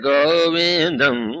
Govindam